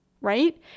right